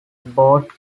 boat